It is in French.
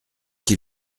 est